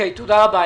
תודה רבה.